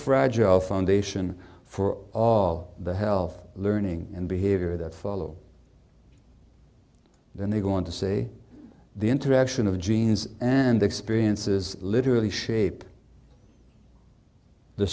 fragile foundation for all the health learning and behavior that follow then they go on to say the interaction of genes and experiences literally shape the